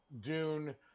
Dune